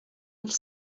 mille